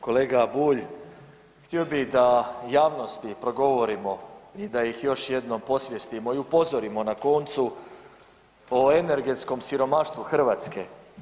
Kolega Bulj, htio bi da javnosti progovorimo i da ih još jednom podsvjestimo i upozorimo na koncu o energetskom siromaštvu Hrvatske.